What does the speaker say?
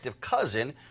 cousin